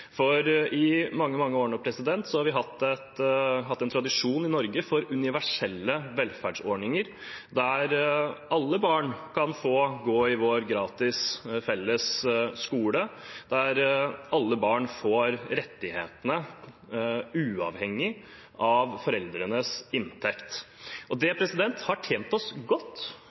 I mange år nå har vi i Norge hatt en tradisjon for universelle velferdsordninger, der alle barn kan få gå i vår gratis felles skole, der alle barn får rettighetene uavhengig av foreldrenes inntekt. Det har tjent oss godt.